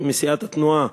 מסיעת התנועה,